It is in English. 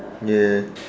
ya